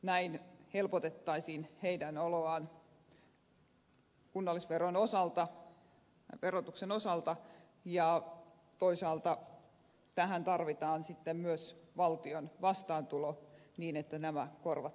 näin helpotettaisiin heidän oloaan kunnallisveron osalta ja toisaalta tähän tarvitaan sitten myös valtion vastaantulo niin että nämä korvattaisiin